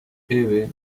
eve